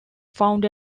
found